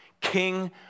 King